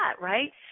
right